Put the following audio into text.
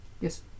Yes